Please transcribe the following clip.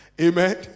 Amen